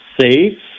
safe